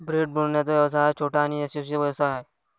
bread बनवण्याचा व्यवसाय हा छोटा आणि यशस्वी व्यवसाय आहे